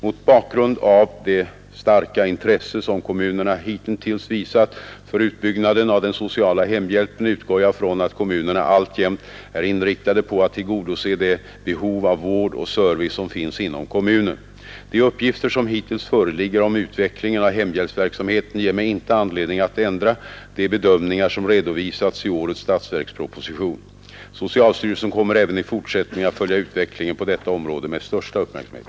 Mot bakgrund av det starka intresse som kommunerna hittills visat för utbyggnaden av den sociala hemhjälpen utgår jag från att kommunerna alltjämt är inriktade på att tillgodose det behov av vård och service som finns inom kommunen. De uppgifter som hittills föreligger om utvecklingen av hemhjälpsverksamheten ger mig inte anledning att ändra de bedömningar som redovisats i årets statsverksproposition. Socialstyrelsen kommer även i fortsättningen att följa utvecklingen på detta område med största uppmärksamhet.